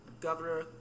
governor